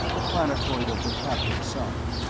the planetoid of the captive sun.